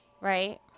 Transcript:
right